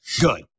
Good